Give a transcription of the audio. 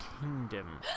Kingdom